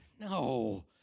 No